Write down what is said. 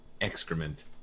excrement